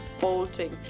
bolting